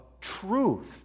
truth